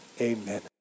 Amen